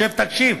שב ותקשיב.